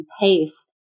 pace